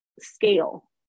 scale